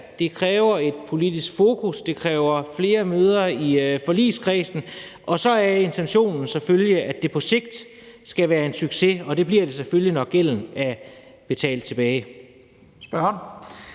Det kræver et politisk fokus, det kræver flere møder i forligskredsen, og så er intentionen selvfølgelig, at det på sigt skal være en succes, og det bliver det selvfølgelig, når gælden er betalt tilbage.